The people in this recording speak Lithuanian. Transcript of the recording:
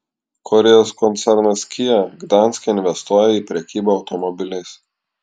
korėjos koncernas kia gdanske investuoja į prekybą automobiliais